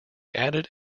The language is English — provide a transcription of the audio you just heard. added